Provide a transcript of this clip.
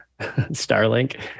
Starlink